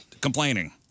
complaining